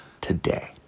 today